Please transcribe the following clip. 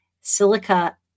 silica